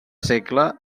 segle